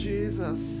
Jesus